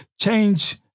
change